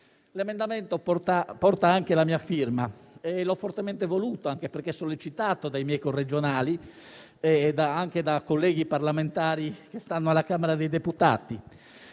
L'emendamento porta anche la mia firma: l'ho fortemente voluto, anche perché sollecitato da miei corregionali e da colleghi parlamentari alla Camera dei deputati,